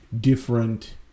different